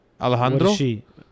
Alejandro